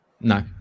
No